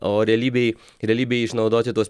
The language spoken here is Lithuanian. o realybėj realybėj išnaudoti tuos